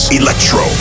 electro